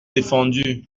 défendu